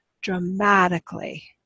dramatically